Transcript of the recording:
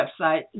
website